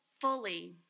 fully